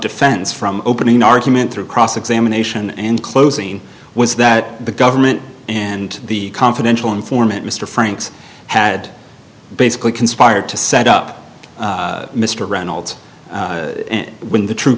defense from opening argument through cross examination and closing was that the government and the confidential informant mr franks had basically conspired to set up mr reynolds when the true